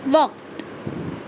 وقت